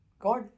God